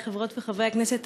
חברי חברות וחברי הכנסת,